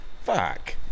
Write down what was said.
Fuck